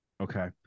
Okay